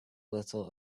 little